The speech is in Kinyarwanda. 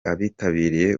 abitabiriye